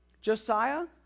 Josiah